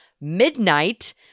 midnight